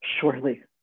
Surely